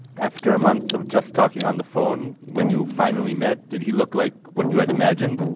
after a month of just talking on the phone, when you finally met, did he look like what you had imagined?